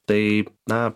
tai na